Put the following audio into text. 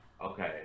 Okay